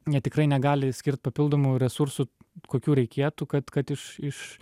jie tikrai negali skirt papildomų resursų kokių reikėtų kad kad iš iš